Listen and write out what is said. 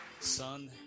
Son